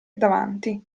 davanti